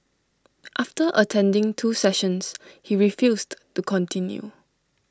after attending two sessions he refused to continue